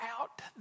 out